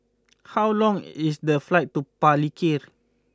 how long is the flight to Palikir